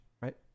right